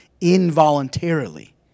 involuntarily